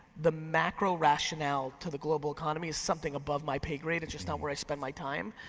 the macro rationale to the global economy is something above my pay grade, it's just not where i spend my time.